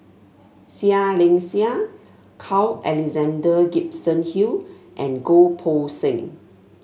Seah Liang Seah Carl Alexander Gibson Hill and Goh Poh Seng